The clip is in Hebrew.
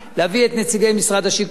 להביא את נציגי משרד השיכון,